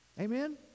Amen